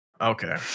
okay